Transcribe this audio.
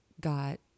got